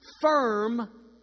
firm